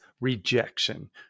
rejection